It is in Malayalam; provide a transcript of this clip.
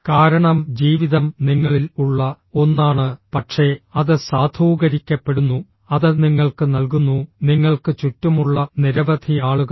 കാരണം ജീവിതം നിങ്ങളിൽ ഉള്ള ഒന്നാണ് പക്ഷേ അത് സാധൂകരിക്കപ്പെടുന്നു അത് നിങ്ങൾക്ക് നൽകുന്നു നിങ്ങൾക്ക് ചുറ്റുമുള്ള നിരവധി ആളുകൾ